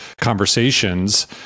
conversations